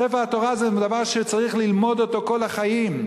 ספר התורה זה דבר שצריך ללמוד אותו כל החיים.